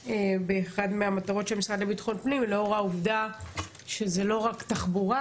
באחת המטרות של המשרד לביטחון פנים לאור העובדה שזה לא רק תחבורה,